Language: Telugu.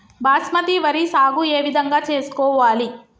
బాస్మతి వరి సాగు ఏ విధంగా చేసుకోవాలి?